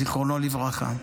זיכרונו לברכה.